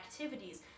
activities